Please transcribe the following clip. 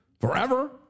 forever